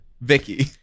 Vicky